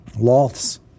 Loth's